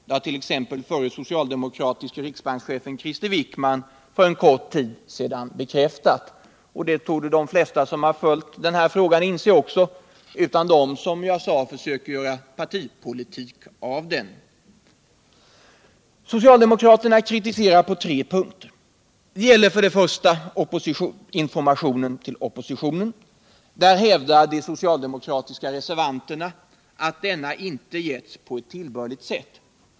Det har t.ex. den förre socialdemokratiske riksbankschefen Krister Wickman för en kort tid sedan bekräftat, och det torde de flesta som har följt denna fråga också inse — utom de, som jag nyss sade, som försöker göra partipolitik av den. Socialdemokraterna kritiserar på tre punkter. Det gäller för det första informationen till oppositionen. Där hävdar de socialdemokratiska reservanterna att den icke getts på ett tillbörligt sätt.